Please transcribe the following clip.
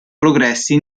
progressi